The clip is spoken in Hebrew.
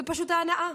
זה פשוט ההנאה,